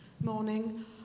Morning